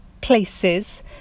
places